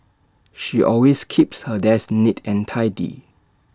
she always keeps her desk neat and tidy